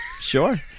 Sure